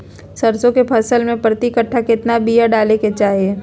सरसों के फसल में प्रति कट्ठा कितना बिया डाले के चाही?